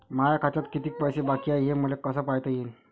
माया खात्यात कितीक पैसे बाकी हाय हे मले कस पायता येईन?